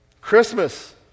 Christmas